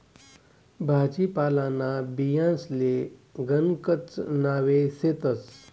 भाजीपालांना बियांसले गणकच नावे शेतस